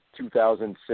2006